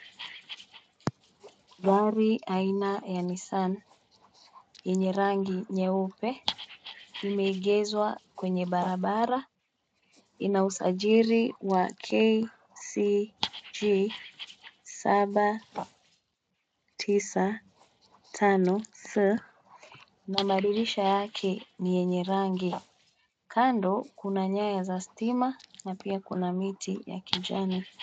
Gari aina ya nissan yenye rangi nyeupe imeegezwa kwenye barabara. Ina usajili wa KCG 795S na madirisha yake ni yenye rangi. Kando kuna nyaya za stima na pia kuna miti ya kijani.